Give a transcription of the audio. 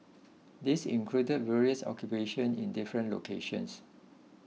this included various occupations in different locations